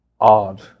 odd